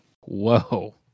Whoa